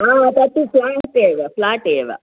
हा तत्तु फ़्लाट् एव फ़्लाट् एव